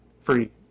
free